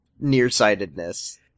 nearsightedness